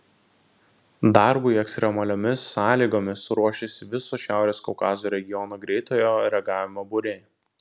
darbui ekstremaliomis sąlygomis ruošiasi viso šiaurės kaukazo regiono greitojo reagavimo būriai